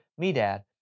Medad